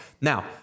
Now